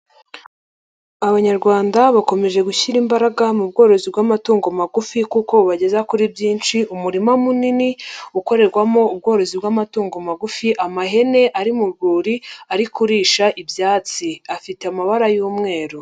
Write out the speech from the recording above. Abanyarwanda bakomeje gushyira imbaraga mu bworozi bw'amatungo magufi kuko bubageza kuri byinshi. Umurima munini ukorerwamo ubworozi bw'amatungo magufi, amahene ari mu rwuri ari kurisha ibyatsi afite amabara y'umweru.